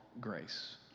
grace